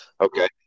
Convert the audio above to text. Okay